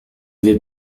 vais